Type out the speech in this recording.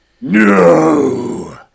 No